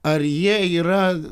ar jie yra